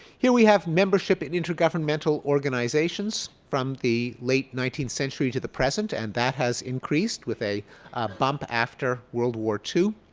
here we have membership in intergovernmental organizations from the late nineteenth century to the present and that has increased with a bump after world war ii.